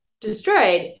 destroyed